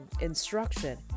instruction